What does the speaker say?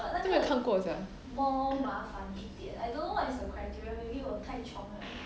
都没有看过 sia